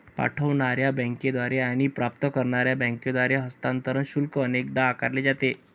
पाठवणार्या बँकेद्वारे आणि प्राप्त करणार्या बँकेद्वारे हस्तांतरण शुल्क अनेकदा आकारले जाते